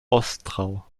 ostrau